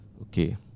Okay